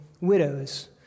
widows